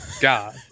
God